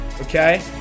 Okay